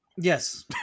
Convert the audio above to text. Yes